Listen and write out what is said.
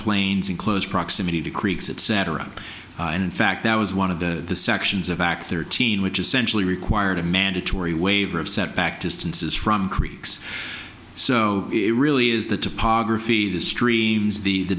plains in close proximity to creeks etc and in fact that was one of the sections of act thirteen which essentially required a mandatory waiver of setback distances from creeks so it really is the topography the streams the